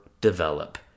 develop